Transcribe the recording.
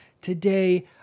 Today